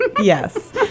yes